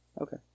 Okay